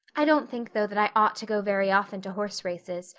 i don't think, though, that i ought to go very often to horse races,